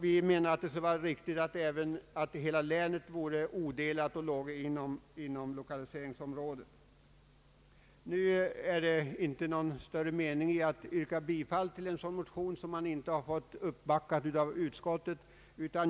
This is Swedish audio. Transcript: Vi anser att det är riktigt att hela länet odelat tillhör 1okaliseringsområdet. Nu är det inte någon större mening med att yrka bifall till en motion, som man inte har fått uppbackad i utskottet.